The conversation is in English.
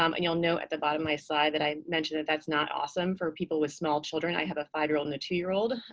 um and you'll note at the bottom of my slide that i mention that that's not awesome for people with small children. i have a five-year-old and a two-year-old.